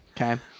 Okay